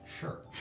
sure